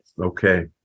Okay